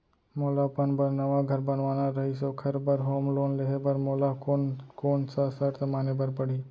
मोला अपन बर नवा घर बनवाना रहिस ओखर बर होम लोन लेहे बर मोला कोन कोन सा शर्त माने बर पड़ही?